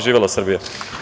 Živela Srbija!